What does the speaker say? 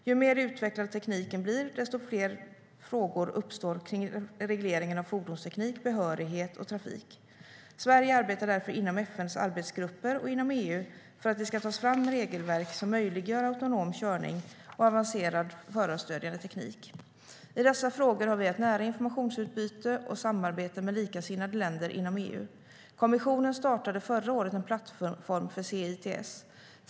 Ju mer utvecklad tekniken blir, desto fler frågor uppstår kring regleringen av fordonsteknik, behörigheter och trafik. Sverige arbetar därför inom FN:s arbetsgrupper och inom EU för att det ska tas fram regelverk som möjliggör autonom körning och avancerad förarstödjande teknik. I dessa frågor har vi ett nära informationsutbyte och samarbete med likasinnade länder inom EU. Kommissionen startade förra året en plattform för C-ITS.